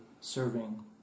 serving